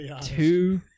two